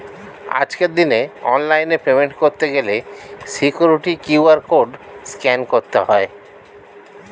আজকের দিনে অনলাইনে পেমেন্ট করতে গেলে সিকিউরিটি কিউ.আর কোড স্ক্যান করতে হয়